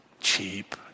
cheap